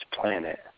planet